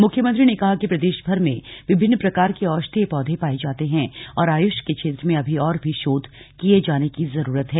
मुख्यमंत्री ने कहा कि प्रदेशभर में विभिन्न प्रकार के औषधीय पौधे पाए जाते हैं और आयुष के क्षेत्र में अभी और भी शोध किए जाने की जरूरत है